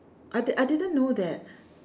I I didn't know that